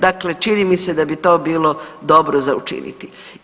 Dakle, čini mi se da bi to bilo dobro za učiniti.